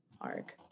arc